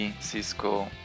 Cisco